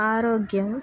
ఆరోగ్యం